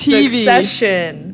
Succession